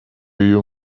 you